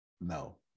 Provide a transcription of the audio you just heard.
No